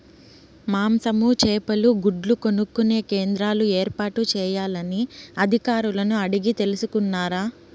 మాంసము, చేపలు, గుడ్లు కొనుక్కొనే కేంద్రాలు ఏర్పాటు చేయాలని అధికారులను అడిగి తెలుసుకున్నారా?